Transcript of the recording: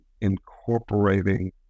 incorporating